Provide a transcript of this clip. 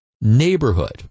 neighborhood